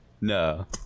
No